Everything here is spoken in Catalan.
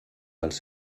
dels